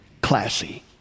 classy